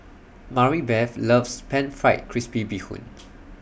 Maribeth loves Pan Fried Crispy Bee Hoon